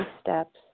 steps